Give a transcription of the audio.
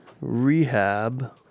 rehab